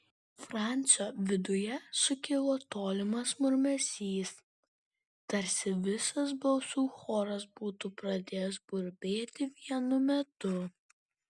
francio viduje sukilo tolimas murmesys tarsi visas balsų choras būtų pradėjęs burbėti vienu metu